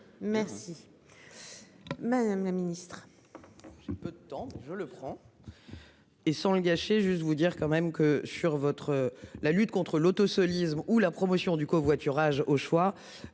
Merci. Madame la Ministre.